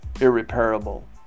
irreparable